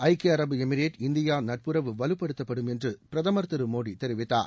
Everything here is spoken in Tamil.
ஐக்கிய அரபு எமிரேட் இந்தியா நட்புறவு வலுப்படுத்தப்படும் என்று பிரதம் திரு மோடி தெரிவித்தார்